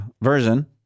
version